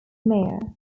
mayor